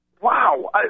Wow